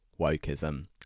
wokeism